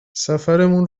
سفرمون